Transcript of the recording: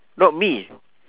not me